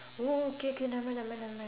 oh K K nevermind nevermind nevermind